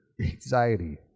anxiety